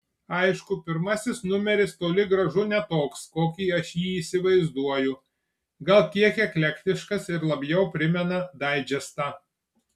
aišku pirmasis numeris toli gražu ne toks kokį aš jį įsivaizduoju gal kiek eklektiškas ir labiau primena daidžestą